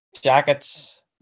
jackets